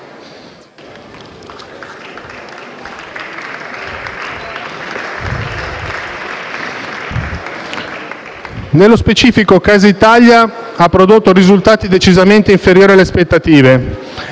Nello specifico, Casa Italia ha prodotto risultati decisamente inferiori alle aspettative